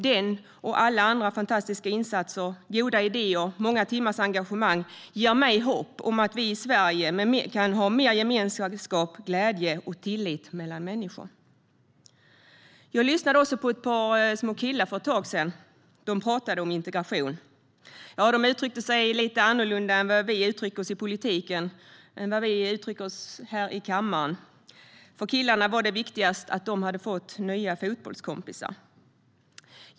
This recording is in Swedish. Den insatsen och alla andra fantastiska insatser, goda idéer och många timmars engagemang ger mig hopp om att vi i Sverige kan ha mer gemenskap, glädje och tillit mellan människor. Jag lyssnade också på ett par små killar för ett tag sedan. De pratade om integration. De uttryckte sig lite annorlunda än hur vi uttrycker oss i politiken och här i kammaren. För killarna var det viktigast att de hade fått nya fotbollskompisar.